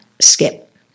skip